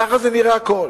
ככה זה נראה הכול.